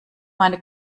meine